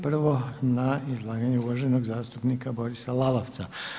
Prvo na izlaganje uvaženog zastupnika Borisa Lalovca.